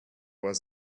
was